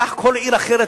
קח כל עיר אחרת,